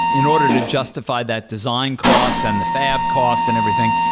in order to justify that design cost and the fab cost and everything,